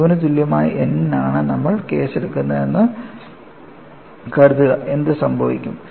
0 ന് തുല്യമായ n നാണ് നമ്മൾ കേസ് എടുക്കുന്നതെന്ന് കരുതുക എന്ത് സംഭവിക്കും